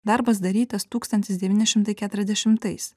darbas darytas tūkstantis devyni šimtai keturiasdešimtais